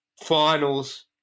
finals